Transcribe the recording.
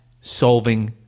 solving